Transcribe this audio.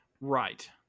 Right